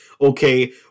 okay